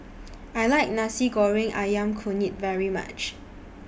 I like Nasi Goreng Ayam Kunyit very much